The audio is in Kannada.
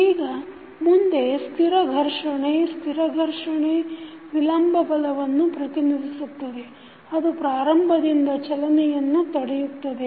ಈಗ ಮುಂದೆ ಸ್ಥಿರ ಘರ್ಷಣೆ ಸ್ಥಿರ ಘರ್ಷಣೆ ವಿಲಂಬ ಬಲವನ್ನು ಪ್ರತಿನಿಧಿಸುತ್ತದೆ ಅದು ಪ್ರಾರಂಭದಿಂದ ಚಲನೆಯನ್ನು ತಡೆಯುತ್ತದೆ